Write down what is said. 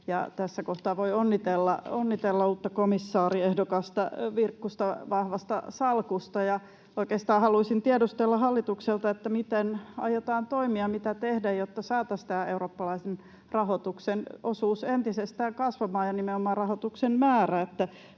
Tässä kohtaa voi onnitella uutta komissaariehdokas Virkkusta vahvasta salkusta. Oikeastaan haluaisin tiedustella hallitukselta, miten aiotaan toimia ja mitä tehdä, jotta saataisiin tämä eurooppalaisen rahoituksen osuus entisestään kasvamaan ja nimenomaan rahoituksen määrä,